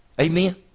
Amen